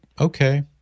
okay